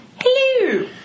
Hello